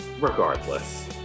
Regardless